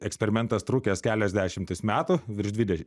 eksperimentas trukęs kelias dešimtis metų virš dvideš